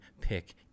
pick